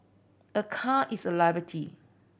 a car is a liability